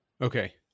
okay